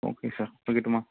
okay sir வைக்கட்டுமா